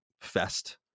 fest